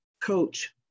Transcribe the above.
coach